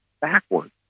backwards